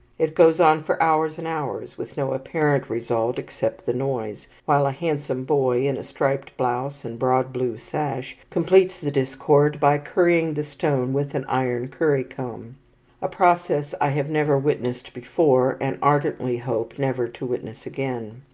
it goes on for hours and hours, with no apparent result except the noise while a handsome boy, in a striped blouse and broad blue sash, completes the discord by currying the stone with an iron currycomb a process i have never witnessed before, and ardently hope never to witness again.